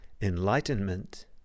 enlightenment